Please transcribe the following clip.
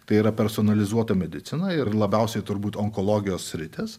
tai yra personalizuota medicina ir labiausiai turbūt onkologijos sritis